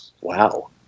Wow